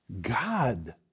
God